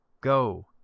Go